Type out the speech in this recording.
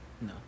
No